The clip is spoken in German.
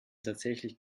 tatsächlich